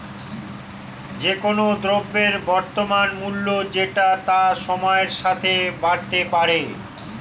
যে কোন দ্রব্যের বর্তমান মূল্য যেটা তা সময়ের সাথে বাড়তে পারে